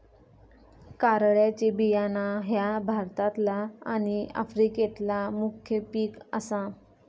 कारळ्याचे बियाणा ह्या भारतातला आणि आफ्रिकेतला मुख्य पिक आसा